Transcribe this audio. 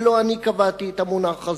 ולא אני קבעתי את המונח הזה.